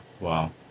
Wow